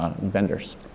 vendors